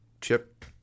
chip